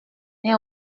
est